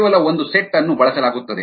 ಕೇವಲ ಒಂದು ಸೆಟ್ ಅನ್ನು ಬಳಸಲಾಗುತ್ತದೆ